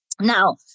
Now